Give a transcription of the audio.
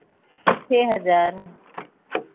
छह हज़ार